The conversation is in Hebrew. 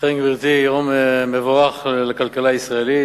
אכן, גברתי, יום מבורך לכלכלה הישראלית.